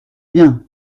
bien